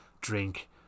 drink